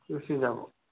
গুচি যাব